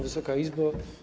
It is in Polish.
Wysoka Izbo!